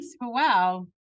Wow